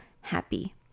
happy